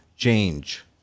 Change